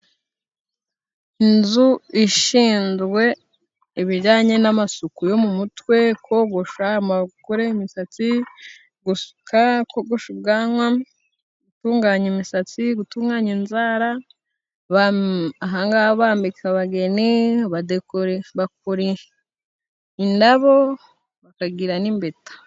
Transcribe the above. Inzu ishinzwe ibijyanye n'amasuku yo mu mutwe. Kogosha abagore imisatsi, kagosha ubwanwa, gutunganya imisatsi, gutunganya inzara, aha ngaha bambika abageni, bakora indabo, bakagira n'impeta.